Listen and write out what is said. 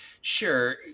Sure